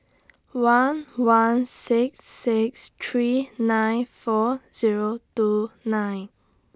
one one six six three nine four Zero two nine